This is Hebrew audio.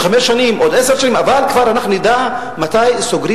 התשע"א-2010, סעיף 69, נתקבלה.